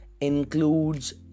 includes